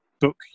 book